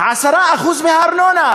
רק 10% מהארנונה.